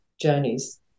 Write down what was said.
journeys